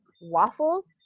waffles